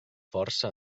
força